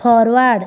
forward